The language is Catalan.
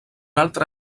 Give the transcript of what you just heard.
altre